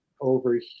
over